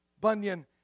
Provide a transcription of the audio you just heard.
Bunyan